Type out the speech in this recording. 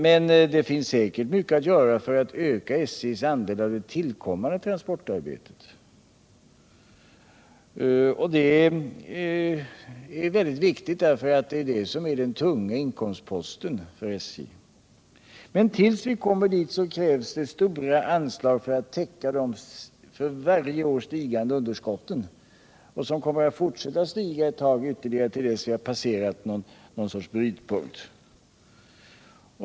Men det finns säkerligen mycket att göra för att öka SJ:s andel av det tillkommande transportarbetet, och det är väldigt viktigt, för det är detta som är den tunga inkomstposten för SJ. Men innan vi kommer dit krävs det stora anslag för att täcka de för varje år ökande underskotten, som kommer att fortsätta att öka ytterligare, tills vi passerat någon sorts brytpunkt.